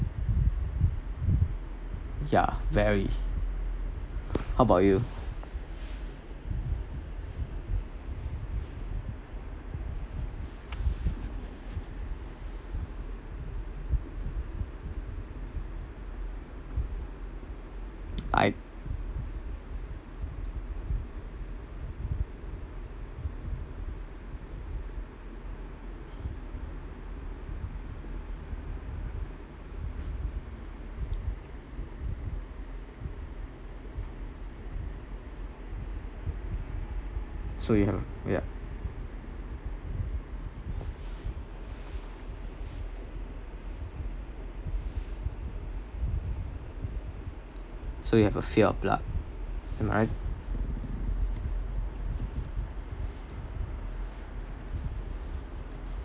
yeah very how about you I so you have a ya so you have a fear of blood am I right